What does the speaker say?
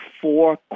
four